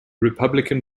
republican